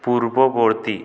পূর্ববর্তী